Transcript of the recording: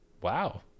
wow